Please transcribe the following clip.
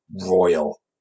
royal